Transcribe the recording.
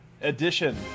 edition